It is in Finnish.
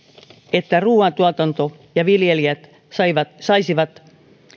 että ruuantuotanto ja viljelijät saisivat